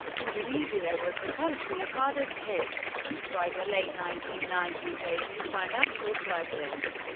indonesia was the country hardest hit by the late nineteen ninety s asian financial crisis.